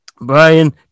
Brian